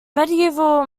medieval